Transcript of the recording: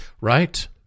Right